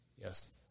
Yes